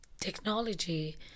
technology